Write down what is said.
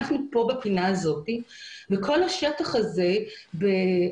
אנחנו כאן בפינה הזאת וכל השטח הזה באירועי